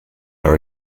are